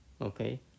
okay